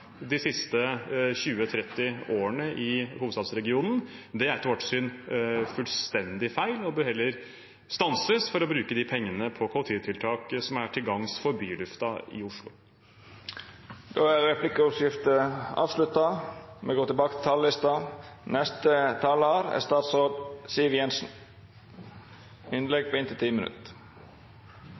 de siste 20–30 årene. Det er etter vårt syn fullstendig feil og bør heller stanses, for å bruke de pengene på kollektivtiltak som er til gagn for bylufta i Oslo. Replikkordskiftet er avslutta. Regjeringen har lagt frem et budsjett for flere jobber, bedre velferd og en trygg hverdag. Budsjettenigheten med Venstre og Kristelig Folkeparti bekrefter denne innretningen. Veksten i norsk økonomi er på